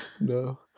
no